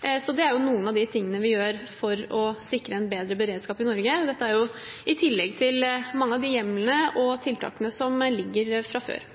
de tingene vi gjør for å sikre en bedre beredskap i Norge. Dette er jo i tillegg til mange av de hjemlene og tiltakene som foreligger fra før.